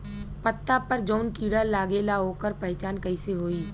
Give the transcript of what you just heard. पत्ता पर जौन कीड़ा लागेला ओकर पहचान कैसे होई?